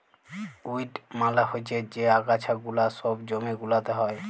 weed মালে হচ্যে যে আগাছা গুলা সব জমি গুলাতে হ্যয়